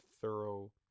thorough